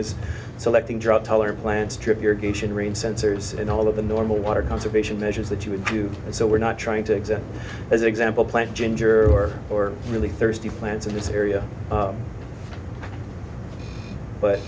is selecting drought tolerant plants strip irrigation rain sensors and all of the normal water conservation measures that you would do so we're not trying to exist as an example plant ginger or really thirsty plants in this area but b